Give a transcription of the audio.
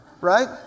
right